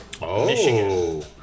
Michigan